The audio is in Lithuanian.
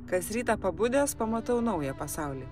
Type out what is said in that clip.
kas rytą pabudęs pamatau naują pasaulį